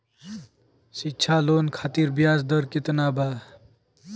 शिक्षा लोन खातिर ब्याज दर केतना बा?